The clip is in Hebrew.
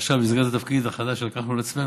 שעכשיו במסגרת התפקיד החדש שלקחנו על עצמנו,